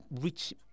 rich